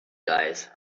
guys